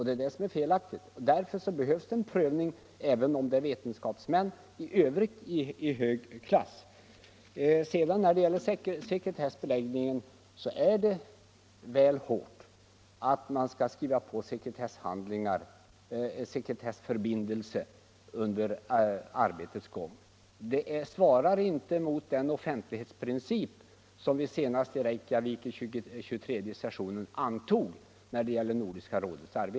Det är det som är felaktigt, — nerna för statspenoch därför behövs det en prövning av sådant här material även om det = sionär med framställts av vetenskapsmän av i övrigt hög klass. förtidsuttag av När det gäller sekretessbeläggningen är det i hårdaste laget att man = folkpension skall skriva på en sekretessförbindelse under arbetets gång. Det svarar inte mot den offentlighetsprincip som Nordiska rådet antog vid sin 23:e session i Reykjavik.